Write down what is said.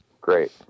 Great